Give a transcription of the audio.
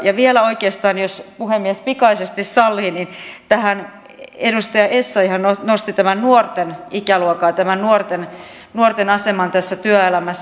ja vielä oikeastaan pikaisesti jos puhemies sallii tähän kun edustaja essayah nosti tämän nuorten ikäluokan aseman tässä työelämässä